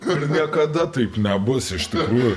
niekada taip nebus iš tikrųjų